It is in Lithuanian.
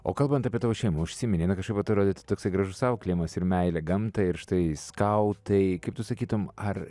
o kalbant apie tavo šeimą užsiminei na kažkaip vat yra toksai gražus auklėjimas ir meilė gamtai ir štai skautai kaip tu sakytum ar